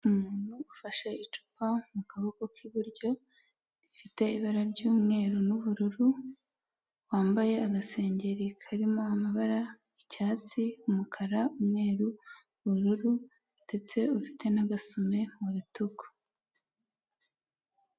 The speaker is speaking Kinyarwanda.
Umuntu ufashe icupa mu kaboko k'iburyo, rifite ibara ry'umweru n'ubururu, wambaye agasengeri karimo amabara, icyatsi, umukara, umweru, ubururu, ndetse ufite n'agasume mu bitugu.